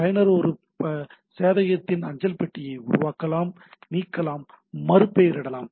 பயனர் ஒரு சேவையகத்தின் அஞ்சல் பெட்டிகளை உருவாக்கலாம் நீக்கலாம் மறுபெயரிடலாம்